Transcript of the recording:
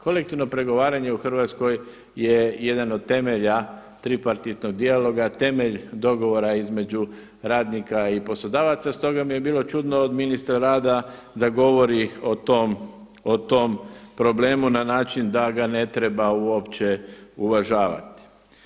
Kolektivno pregovaranje u Hrvatskoj je jedan od temelja tripartitnog dijaloga, temelj dogovora između radnika i poslodavaca, stoga mi je bilo čudno od ministra rada da govori o tom problemu na način da ga ne treba uopće uvažavati.